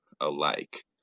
alike